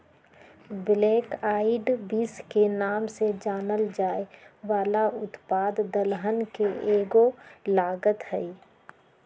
black eyed beans के नाम से जानल जाये वाला उत्पाद दलहन के एगो लागत हई